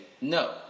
no